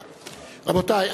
רבותי.